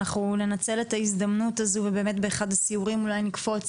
אנחנו ננצל את ההזדמנות הזו ובאמת באחד הסיורים אולי נקפוץ